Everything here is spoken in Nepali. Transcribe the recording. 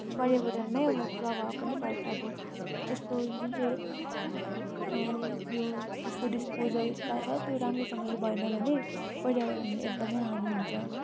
पर्यावरणमै उसलाई प्रभाव पनि पार्छ अब यसको जुन चाहिँ यो यसको डिसपोजल कहाँ छ त्यो राम्रोसँगले भएन भने पर्यावरणले एकदमै हानी हुन्छ